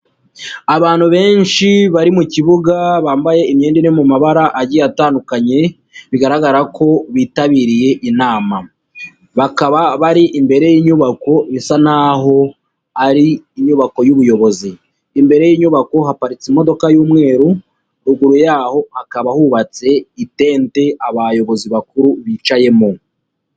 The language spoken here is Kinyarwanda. Abantu benshi bari mu kibuga bambaye imyenda iri mu mabara agiye atandukanye, bigaragara ko bitabiriye inama, bakaba bari imbere y'inyubako bisa n'aho ari inyubako y'ubuyobozi, imbere y'inyubako haparitse imodoka y'umweru, ruguru yaho hakaba hubatse itente, abayobozi bakuru bicayemo.